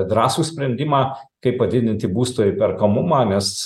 drąsų sprendimą kaip padidinti būsto įperkamumą nes